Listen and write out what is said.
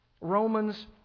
Romans